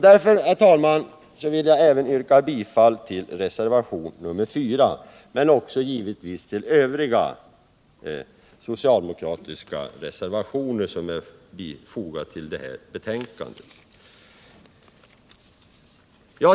Därför, herr talman, vill jag yrka bifall till reservationen 4, men givetvis Nr 146 också till de övriga socialdemokratiska reservationer som är fogade till detta betänkande.